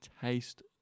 taste